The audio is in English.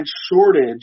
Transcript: shortage